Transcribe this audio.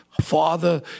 father